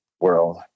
world